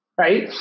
Right